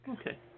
Okay